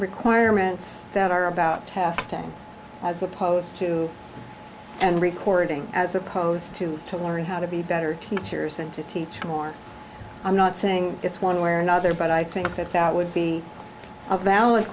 requirements that are about testing as opposed to and recording as opposed to to learn how to be better teachers and to teach more i'm not saying it's one way or another but i think that that would be a valid